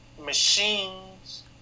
Machines